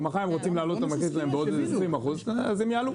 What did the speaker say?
מחר הם רוצים להעלות את --- שלהם בעוד 20% אז הם יעלו.